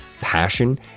passion